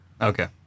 Okay